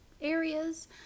areas